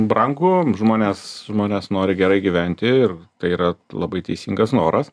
brangu žmonės žmonės nori gerai gyventi ir tai yra labai teisingas noras